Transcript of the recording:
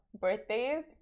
birthdays